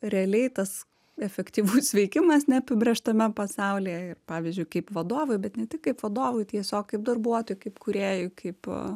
realiai tas efektyvus veikimas neapibrėžtame pasaulyje ir pavyzdžiui kaip vadovui bet ne tik kaip vadovui tiesiog kaip darbuotojui kaip kūrėjui kaip a